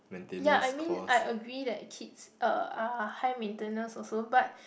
ya I mean I agree that kids uh are high maintenance also but